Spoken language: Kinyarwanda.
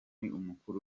umukuru